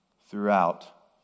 throughout